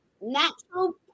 Natural